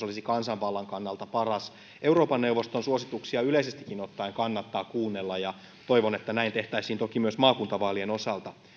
olisi kansanvallan kannalta parasta euroopan neuvoston suosituksia yleisestikin ottaen kannattaa kuunnella ja toivon että näin tehtäisiin toki myös maakuntavaalien osalta